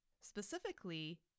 specifically